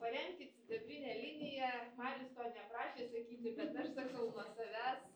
paremkit sidabrinę liniją marius to neprašė sakyti bet aš sakau nuo savęs